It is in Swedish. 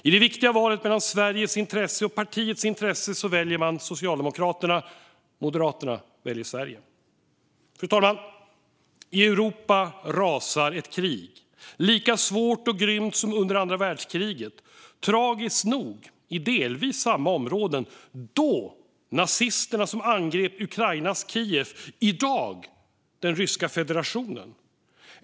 I det viktiga valet mellan Sveriges intresse och partiets intresse väljer man Socialdemokraterna. Moderaterna väljer Sverige. Fru talman! I Europa rasar ett krig lika svårt och grymt som under andra världskriget och tragiskt nog i delvis samma områden. Då var det nazisterna som angrep Ukrainas Kiev; i dag är det den ryska federationen.